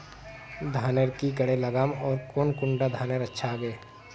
धानेर की करे लगाम ओर कौन कुंडा धानेर अच्छा गे?